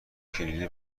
کلیدی